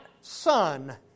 son